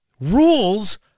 Rules